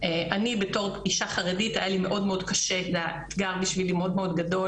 אני בתור אישה חרדית היה לי מאוד מאוד קשה האתגר היה מאוד גדול,